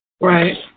Right